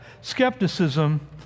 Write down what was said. skepticism